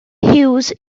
hughes